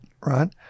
right